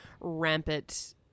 rampant